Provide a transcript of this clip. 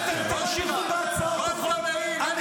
מה גולדה מאיר הייתה אומרת --- אתם תמשיכו בהצעות החוק המטופשות שלכם,